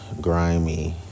grimy